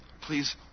Please